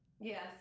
Yes